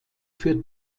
für